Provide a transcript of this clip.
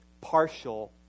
partial